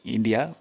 India